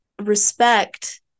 respect